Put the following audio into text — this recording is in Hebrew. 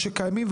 שקיימים,